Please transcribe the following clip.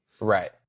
Right